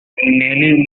nelly